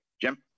Jim